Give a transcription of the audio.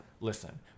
Listen